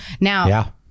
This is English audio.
Now